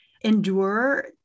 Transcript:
endure